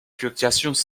fluctuations